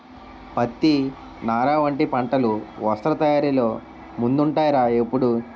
పత్తి, నార వంటి పంటలు వస్త్ర తయారీలో ముందుంటాయ్ రా ఎప్పుడూ